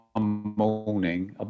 morning